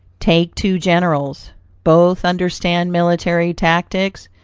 take two generals both understand military tactics,